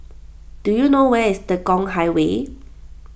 do you know where is Tekong Highway